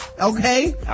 okay